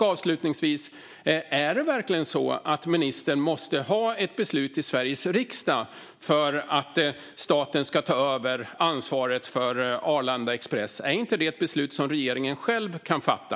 Avslutningsvis undrar jag också: Måste verkligen ministern ha ett beslut i Sveriges riksdag för att staten ska kunna ta över ansvaret för Arlanda Express? Är inte det ett beslut som regeringen själv kan fatta?